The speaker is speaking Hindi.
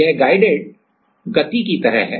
यह गाइडेड आंदोलन की तरह है